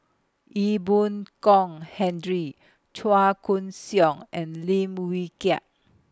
Ee Boon Kong Hendry Chua Koon Siong and Lim Wee Kiak